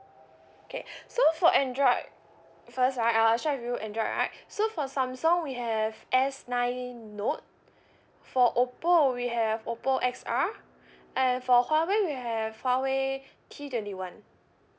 okay so for android first right uh I'll share with you android right so for samsung we have s nine note for Oppo we have Oppo X_R and for Huawei we have Huawei T twenty one